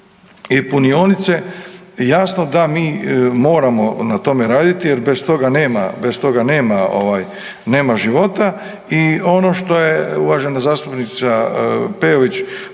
i punionice, jasno da mi moramo na tome raditi, jer bez toga nema života. I ono što je uvažena zastupnica Peović